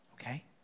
okay